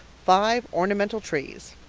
five ornamental trees.